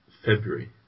February